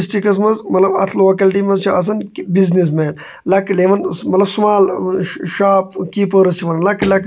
یہِ چھِ family pack ناوٕے اَتھ مگر چھِ یہِ ریلی أسۍ چھِ سٲری فیم أسۍ چھِ اَنان یہِ یہِ چھَ آسان بَڑٕ ٹیسٹی فٕلیوَر آسان اَتھ اَصٕل